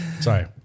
Sorry